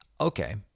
Okay